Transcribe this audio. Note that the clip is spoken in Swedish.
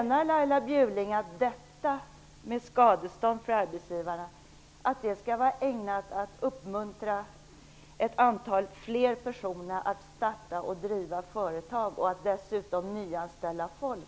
Menar Laila Bjurling att detta skadestånd för arbetsgivare skall vara ägnat att uppmuntra ett antal fler personer att starta och driva företag, och dessutom nyanställa folk?